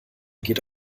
geht